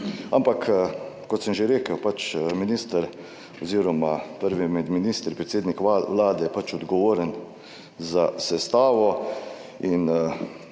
Ampak kot sem že rekel, minister, oz. prvi med ministri, predsednik Vlade je odgovoren za sestavo in